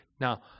Now